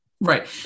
right